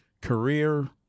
career